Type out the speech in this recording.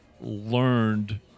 learned